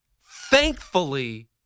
thankfully